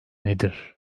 nedir